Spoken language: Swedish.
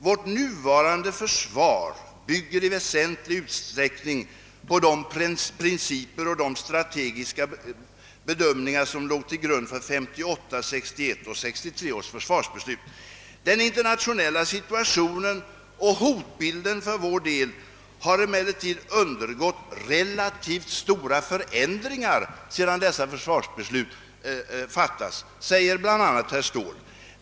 » Vårt nuvarande försvar bygger i väsentlig utsträckning på de principer och strategiska bedömningar som ligger till grund för 1958, 1961 och 1963 års försvarsbeslut. Den internationella situationen och hotbilden för vår del har emellertid undergått relativt stora förändringar sedan dessa försvarsbeslut fattades», säger bl.a. herr Ståhl.